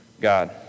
God